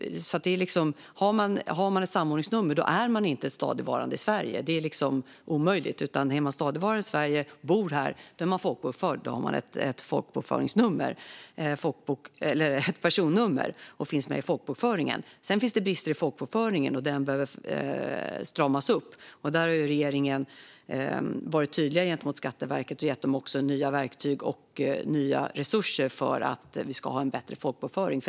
Har man ett samordningsnummer är man inte stadigvarande i Sverige. Det är omöjligt. Är man stadigvarande i Sverige och bor här är man folkbokförd och har ett personnummer. Det finns visserligen brister i folkbokföringen, och den behöver stramas upp. Regeringen har varit tydlig med det gentemot Skatteverket och gett dem nya verktyg och nya resurser för att folkbokföringen ska bli bättre.